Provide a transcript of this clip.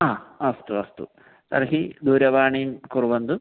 हा अस्तु अस्तु तर्हि दूरवाणीं कुर्वन्तु